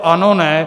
Anone.